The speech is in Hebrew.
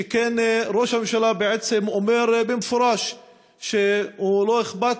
שכן ראש הממשלה בעצם אומר במפורש שלא אכפת